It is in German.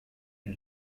ein